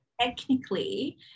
Technically